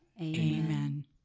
Amen